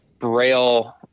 braille